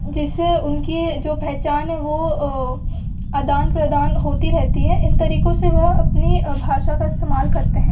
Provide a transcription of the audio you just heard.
जिससे उनकी जो पहचान है वो अदान प्रदान होती रहेती है इन तरीकों से वह अपनी भाषा का इस्तेमाल करते हैं